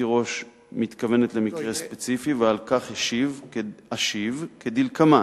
תירוש מתכוונת למקרה ספציפי, ועל כך אשיב כדלקמן: